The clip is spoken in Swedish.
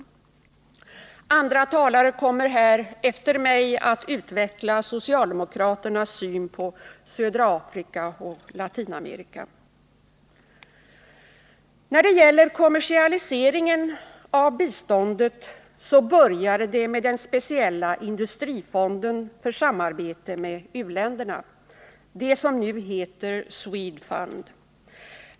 bete m.m. Andra talare kommer här efter mig att utveckla socialdemokraternas syn på södra Afrika och Latinamerika. När det gäller kommersialiseringen av biståndet så började det med den speciella industrifonden för samarbete med u-länderna, det som nu heter SWEDFUND.